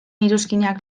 iruzkinak